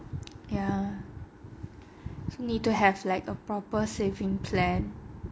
ya so need to have like a proper saving plan